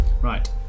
Right